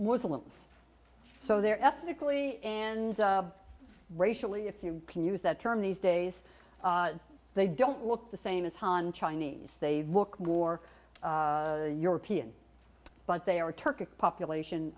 muslims so they're ethnically and racially if you can use that term these days they don't look the same as han chinese they look war european but they are turkish population